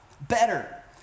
better